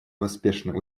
поспешно